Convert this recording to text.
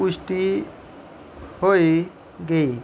पुश्टि होई गेई